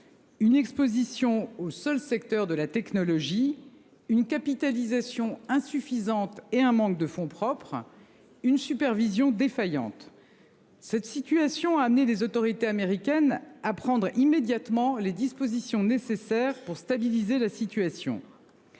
Une exposition au seul secteur de la technologie, une capitalisation insuffisante et un manque de fonds propres. Une supervision défaillante. Cette situation a amené les autorités américaines à prendre immédiatement les dispositions nécessaires pour stabiliser la situation.